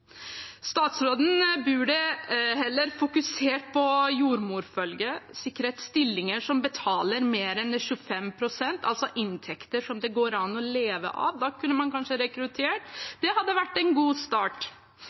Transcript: Statsråden burde heller fokusert på jordmorfølge og sikret stillinger som betaler mer enn 25 pst., altså inntekter som det går an å leve av. Da kunne man kanskje rekruttert. Det hadde vært en god start.